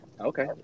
Okay